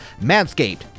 Manscaped